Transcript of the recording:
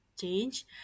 change